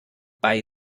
bei